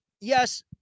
yes